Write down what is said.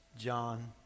John